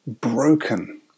broken